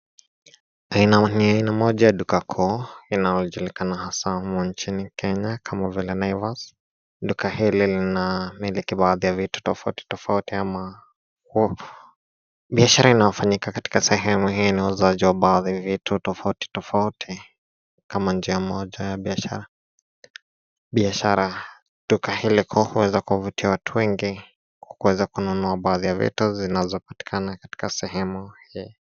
Ni aina moja ya duka kuu inayojulikana hasaa humu nchini Kenya kama vile Naivas. Duka hili linamiliki baadhi ya vitu tofauti tofauti ama hobu. Biahara inayofanyika katika sehemu hii ni uuuzaji wa baadhi ya vitu tofauti tofauti kama njia moja ya biashara. Duka hili kuu huweza kuvutia watu wengi kuweza kununua baadhi ya vitu zinazopatikana katika sehemu hii.